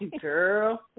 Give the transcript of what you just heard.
Girl